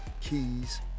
keys